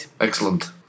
Excellent